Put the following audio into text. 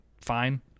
fine